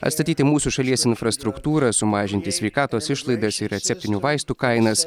atstatyti mūsų šalies infrastruktūrą sumažinti sveikatos išlaidas ir receptinių vaistų kainas